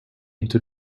into